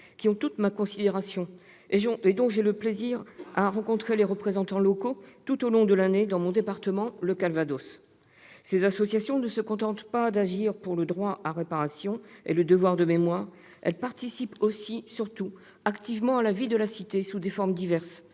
qui ont toute ma considération et dont j'ai plaisir à rencontrer les représentants locaux, tout au long de l'année, dans mon département, le Calvados. Ces associations ne se contentent pas d'agir pour le droit à réparation et le devoir de mémoire, elles participent aussi et surtout activement à la vie de la cité, sous des formes diverses.